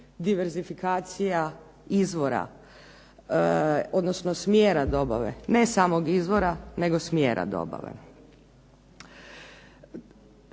deverzifikacija izvora odnosno smjera dobave, ne samo izvora, nego smjera dobave.